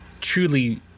truly